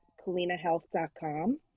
kalinahealth.com